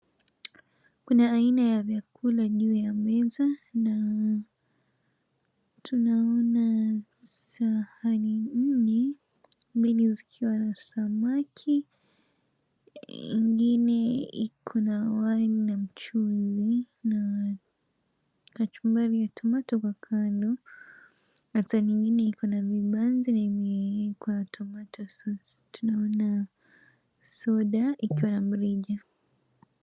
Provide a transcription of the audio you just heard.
Kuna aina ya vyakula juu ya meza. Na tunaona sahani nne, mbili zikiwa na samaki ingine ikona wali na mchuzi, na kachumbari ya tomato kwa kando. Na sahani nyingine iko na vibanzi vimewekwa tomato sauce . Tunaona soda ikiwa na mrija.